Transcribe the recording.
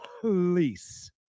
police